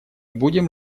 будем